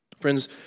Friends